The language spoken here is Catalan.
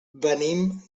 venim